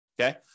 okay